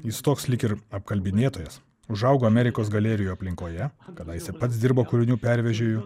jis toks lyg ir apkalbinėtojas užaugo amerikos galerijų aplinkoje kadaise pats dirbo kūrinių pervežėju